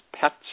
pets